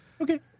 Okay